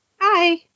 Hi